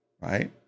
right